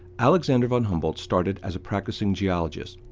alexander von humboldt started as a practicing geologist,